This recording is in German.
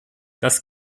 das